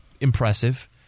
impressive